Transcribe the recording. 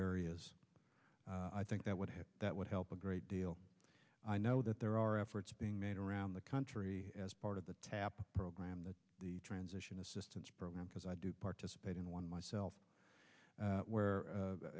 areas i think that would have that would help a great deal i know that there are efforts being made around the country as part of the tap program the transition assistance program because i do participate in one myself where